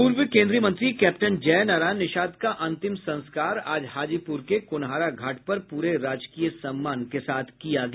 पूर्व केन्द्रीय मंत्री कैप्टन जय नारायण निषाद का अंतिम संस्कार आज हाजीपूर के कोनहारा घाट पर पूरे राजकीय सम्मान के साथ किया गया